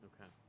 okay